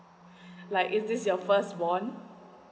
like is this your first born